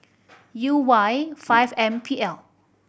U Y five M P L